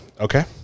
Okay